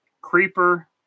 creeper